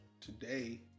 today